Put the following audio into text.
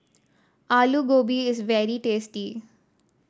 Alu Gobi is very tasty